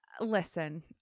Listen